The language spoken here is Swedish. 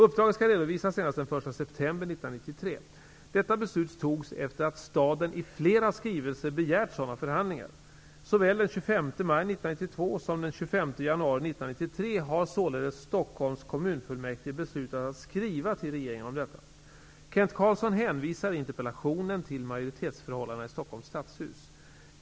Uppdraget skall redovisas senast den 1 september 1993. Detta beslut togs efter att staden i flera skrivelser begärt sådana förhandlingar. Såväl den 25 maj 1992 som den 25 januari 1993 har således Stockholms kommunfullmäktige beslutat att skriva till regeringen om detta. Kent Carlsson hänvisar i interpellationen till majoritetsförhållandena i Stockholms stadshus.